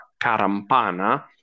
Carampana